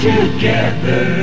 Together